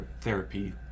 therapy